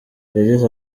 yagize